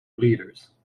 leaders